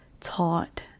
taught